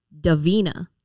Davina